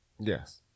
yes